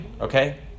Okay